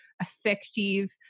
effective